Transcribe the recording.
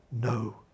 no